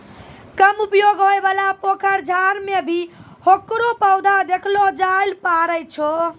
कम उपयोग होयवाला पोखर, डांड़ में भी हेकरो पौधा देखलो जाय ल पारै छो